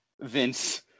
vince